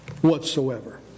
whatsoever